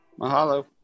Mahalo